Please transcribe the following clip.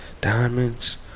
Diamonds